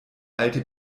alte